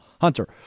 Hunter